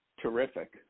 terrific